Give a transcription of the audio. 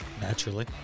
Naturally